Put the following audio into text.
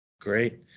Great